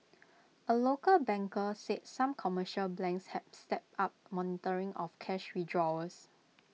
A local banker said some commercial banks have stepped up monitoring of cash withdrawals